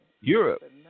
Europe